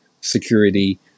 security